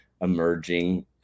emerging